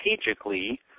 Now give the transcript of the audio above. strategically